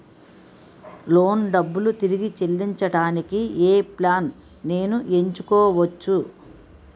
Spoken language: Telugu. లోన్ డబ్బులు తిరిగి చెల్లించటానికి ఏ ప్లాన్ నేను ఎంచుకోవచ్చు?